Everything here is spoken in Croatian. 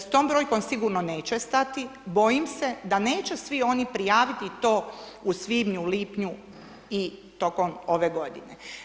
S tom brojkom sigurno neće stati, bojim se da neće svi oni prijaviti to u svibnju, lipnju i tokom ove godine.